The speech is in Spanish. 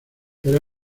era